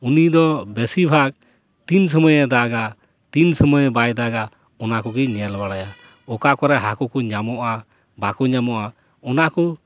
ᱩᱱᱤ ᱫᱚ ᱵᱮᱥᱤᱨ ᱵᱷᱟᱜᱽ ᱛᱤᱱ ᱥᱩᱢᱟᱹᱭᱮ ᱫᱟᱜᱟ ᱛᱤᱱ ᱥᱩᱢᱟᱹᱭ ᱵᱟᱭ ᱫᱟᱜᱟ ᱚᱱᱟᱠᱚᱜᱮ ᱧᱮᱞ ᱵᱟᱲᱟᱭᱟ ᱚᱠᱟ ᱠᱚᱨᱮ ᱦᱟᱹᱠᱩ ᱠᱚ ᱧᱟᱢᱚᱜᱼᱟ ᱵᱟᱠᱚ ᱧᱟᱢᱚᱜᱼᱟ ᱚᱱᱟ ᱠᱚ